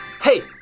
Hey